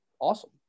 awesome